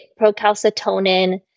procalcitonin